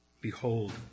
Behold